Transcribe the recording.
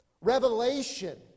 Revelation